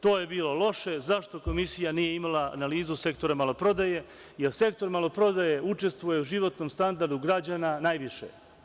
To je bilo loše, zašto Komisija nije imala analizu sektora maloprodaje, jer sektor maloprodaje učestvuje u životnom standardu građana najviše.